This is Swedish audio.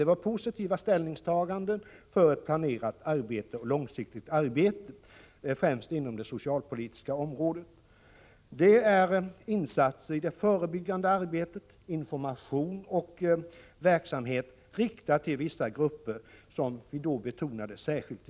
Det var positiva ställningstaganden för ett planerat långsiktigt arbete inom framför allt det socialpolitiska området. Insatser i det förebyggande arbetet, information och verksamhet riktad till vissa grupper betonades då särskilt.